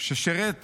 ששירת